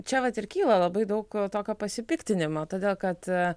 čia vat ir kyla labai daug tokio pasipiktinimo todėl kad